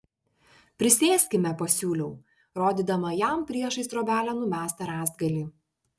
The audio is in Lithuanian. prisėskime pasiūliau rodydama jam priešais trobelę numestą rąstgalį